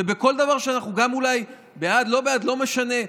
ובכל דבר שאנחנו אולי גם בעד או לא בעד, לא משנה.